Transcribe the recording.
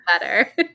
better